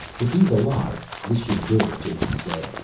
if he's alive, this should do it, jason said.